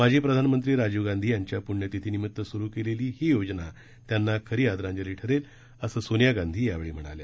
माजी प्रधानमंत्री राजीव गांधी यांच्या पुण्यतिथीनिमित्त सुरू केलेली ही योजना त्यांना खरी आदरांजली ठरेल असं सोनिया गांधी यावेळी म्हणाल्या